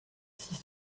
six